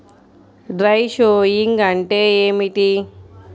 Dry sowing అంటే ఏమిటి?